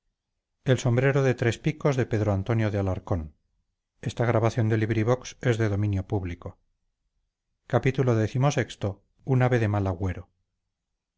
su sombrero de tres picos y por lo vistoso de su